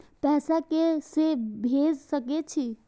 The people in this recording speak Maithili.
पैसा के से भेज सके छी?